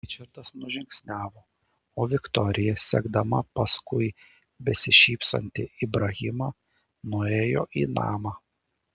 ričardas nužingsniavo o viktorija sekdama paskui besišypsantį ibrahimą nuėjo į namą